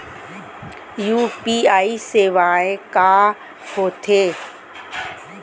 UPI सेवाएं का होथे